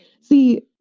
See